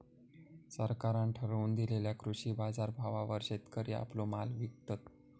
सरकारान ठरवून दिलेल्या कृषी बाजारभावावर शेतकरी आपलो माल विकतत